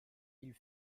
ils